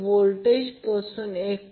87° ampere मिळेल